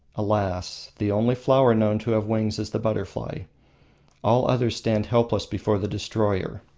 alas! the only flower known to have wings is the butterfly all others stand helpless before the destroyer.